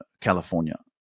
California